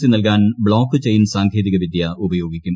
C നൽകാൻ blockchain സാങ്കേതിക വിദ്യ ഉപയോഗിക്കും